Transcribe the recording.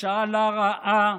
ממשלה רעה,